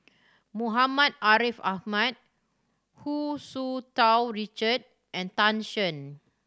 Muhammad Ariff Ahmad Hu Tsu Tau Richard and Tan Shen